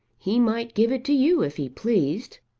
he might give it to you if he pleased.